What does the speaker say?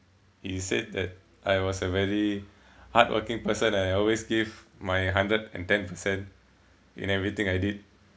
he said that I was a very hardworking person I always give my hundred and ten percent in everything I did